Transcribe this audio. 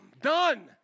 Done